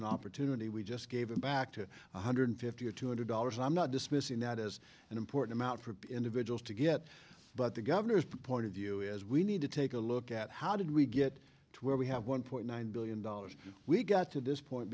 in opportunity we just gave it back to one hundred fifty or two hundred dollars i'm not dismissing that as an important amount for individuals to get but the governor's point of view is we need to take a look at how did we get to where we have one point nine billion dollars we got to this point